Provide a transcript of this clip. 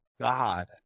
God